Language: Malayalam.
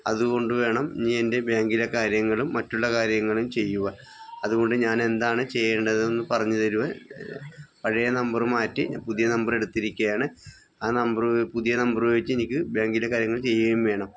അതു കൊണ്ടു വേണം ഇനി എൻ്റെ ബാങ്കിലെ കാര്യങ്ങളും മറ്റുള്ള കാര്യങ്ങളും ചെയ്യുക അതു കൊണ്ട് ഞാൻ എന്താണ് ചെയ്യേണ്ടതെന്നു പറഞ്ഞു തരിക പഴയ നമ്പർ മാറ്റി പുതിയ നമ്പർ എടുത്തിരിക്കുകയാണ് ആ നമ്പർ പുതിയ നമ്പർ വെച്ച് എനിക്ക് ബാങ്കിലെ കാര്യങ്ങൾ ചെയ്യുകയും വേണം